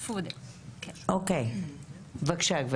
בבקשה.